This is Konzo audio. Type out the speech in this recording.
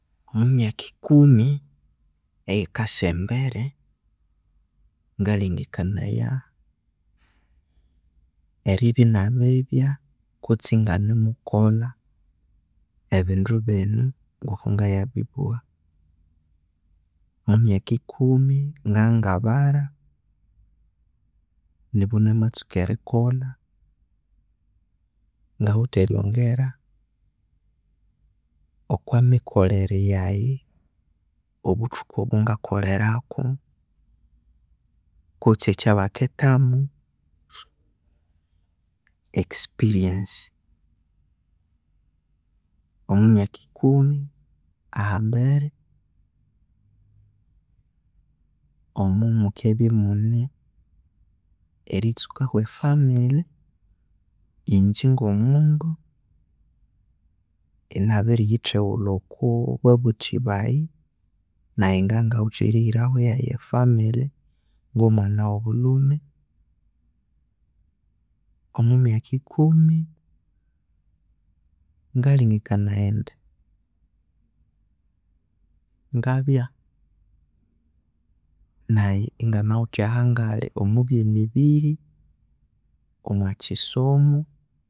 Omo myaka ikumi eyikasa ahambere ngalhengekanaya eribya inabibya kutse inganimukolha ebindu binu ngoko ngayabibugha, omwa myaka ikumi ngabya ingabara nimunamatsuka erikolha ngawithe eryongera okwa mikolhere yaghee obuthuku obo ngakolherako kutse ekyabakethamu experience, omo mwaka ikumi ahambere omu myaka imune eristuka efamile ingye ngo mundu inabiririghithehulha okwa babuthi baghee nghee ngabya ingawithe erihiraho eyaghe efamile ngo mwana ghobulhume, omo myaka ikumi, ngalhengekanayaindi ngabya naghee inganawithe ahangali omubyemiri omwakisomo.